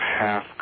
half